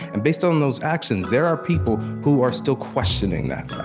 and based on those actions, there are people who are still questioning that